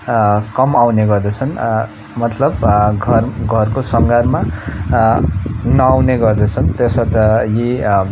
कम आउने गर्दछन् मतलब घर घरको सङ्घारमा नआउने गर्दछन् तसर्थ यी